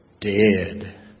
dead